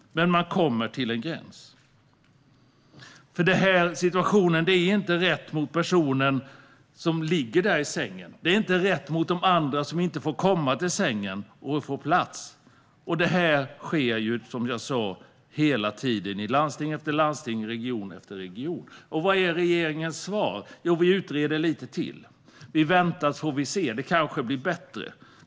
Men man kommer till en gräns. Den rådande situationen är inte rätt mot den person som ligger i sängen. Den är inte rätt mot andra som inte får komma och få en sängplats. Som jag sa sker detta hela tiden i landsting efter landsting, region efter region. Vad är regeringens svar? Jo, att man utreder lite till. Man väntar och ser om det kanske blir bättre.